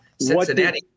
Cincinnati